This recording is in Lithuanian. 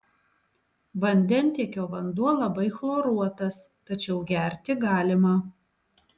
vandentiekio vanduo labai chloruotas tačiau gerti galima